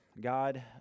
God